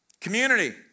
Community